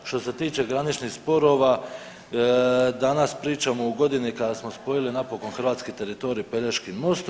Što se tiče graničnih sporova danas pričamo u godini kada smo spojili napokon hrvatski teritorij Pelješkim mostom.